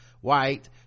white